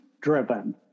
driven